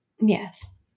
Yes